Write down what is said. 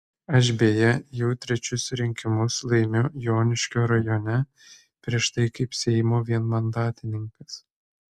aš beje jau trečius rinkimus laimiu joniškio rajone prieš tai kaip seimo vienmandatininkas